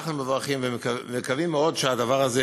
אנחנו מברכים ומקווים מאוד שהדבר הזה